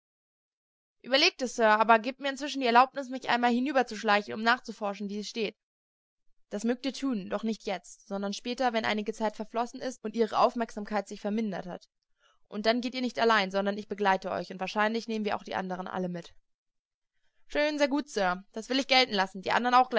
ueberlegt es sir aber gebt mir inzwischen die erlaubnis mich einmal hinüberzuschleichen um nachzuforschen wie es steht das mögt ihr tun doch nicht jetzt sondern später wenn einige zeit verflossen ist und ihre aufmerksamkeit sich vermindert hat und dann geht ihr nicht allein sondern ich begleite euch und wahrscheinlich nehmen wir auch die andern alle mit schön sehr gut sir das will ich gelten lassen die andern auch